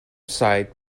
sight